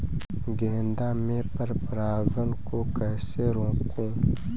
गेंदा में पर परागन को कैसे रोकुं?